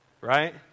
right